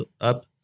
up